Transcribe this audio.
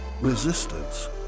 resistance